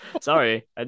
sorry